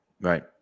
Right